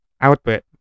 output